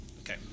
Okay